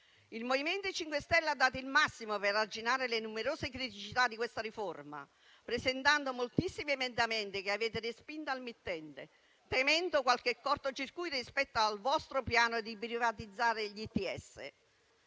Il MoVimento 5 Stelle ha dato il massimo per arginare le numerose criticità di questa riforma, presentando moltissimi emendamenti che avete respinto al mittente, temendo qualche corto circuito rispetto al vostro piano di privatizzare gli ITS.